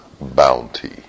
bounty